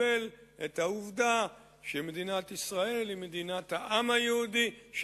לקבל את העובדה שמדינת ישראל היא מדינת העם היהודי,